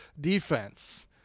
defense